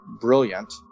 brilliant